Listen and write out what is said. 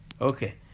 okay